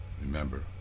Remember